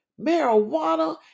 Marijuana